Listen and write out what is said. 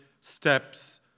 steps